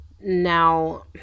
now